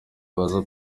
baza